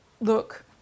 look